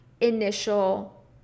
initial